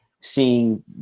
seeing